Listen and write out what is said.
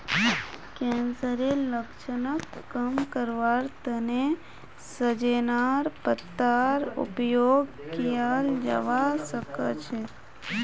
कैंसरेर लक्षणक कम करवार तने सजेनार पत्तार उपयोग कियाल जवा सक्छे